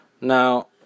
Now